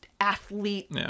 athlete